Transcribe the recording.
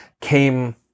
came